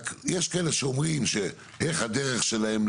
רק יש כאלה שאומרים איך הדרך שלהם,